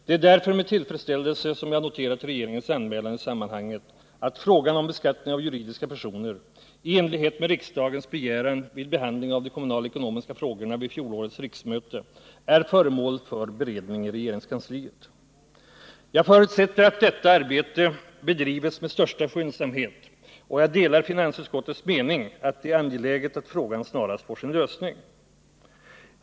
Det är därför med tillfredsställelse jag har noterat regeringens anmälan i sammanhanget att frågan om beskattningen av juridiska personer, i enlighet med riksdagens begäran vid behandling av de kommunalekonomiska frågorna vid fjolårets riksmöte, är föremål för beredning i regeringskansliet. Jag förutsätter att detta arbete bedrivs med största skyndsamhet, och jag delar finansutskottets mening att det är angeläget att frågan snarast får en lösning.